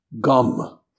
gum